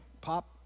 pop